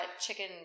chicken